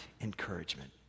encouragement